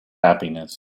happiness